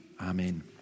amen